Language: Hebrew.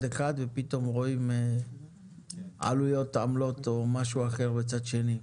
אחד ופתאום רואים עלויות עמלות או משהו אחר בצד שני.